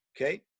okay